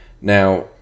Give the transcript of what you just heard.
Now